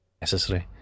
Necessary